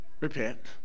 repent